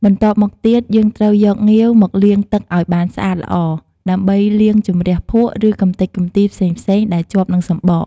បន្ទាប់មកទៀត យើងត្រូវយកងាវ មកលាងទឹកឱ្យបានស្អាតល្អ ដើម្បីលាងជម្រះភក់ ឬកម្ទេចកម្ទីផ្សេងៗដែលជាប់នឹងសំបក។